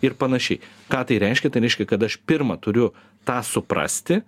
ir panašiai ką tai reiškia tai reiškia kad aš pirma turiu tą suprasti